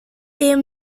est